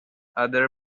other